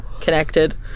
connected